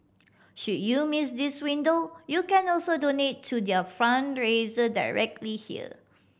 should you miss this window you can also donate to their fundraiser directly here